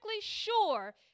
sure